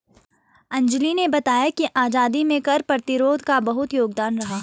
अंजली ने बताया कि आजादी में कर प्रतिरोध का बहुत योगदान रहा